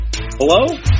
Hello